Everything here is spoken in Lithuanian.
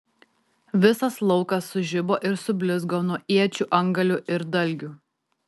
visas laukas sužibo ir sublizgo nuo iečių antgalių ir dalgių